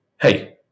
hey